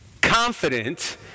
Confident